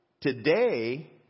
today